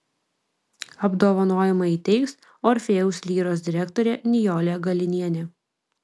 apdovanojimą įteiks orfėjaus lyros direktorė nijolė galinienė